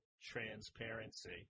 transparency